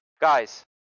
Guys